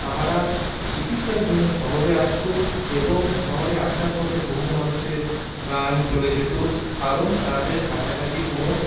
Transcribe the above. তারা চিকিৎসার জন্য শহরে আসত এবং শহরে আসার পথে বহু মানুষের প্রাণ চলে যেত কারণ তাদের কাছাকাছি কোনো